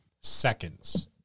seconds